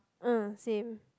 mm same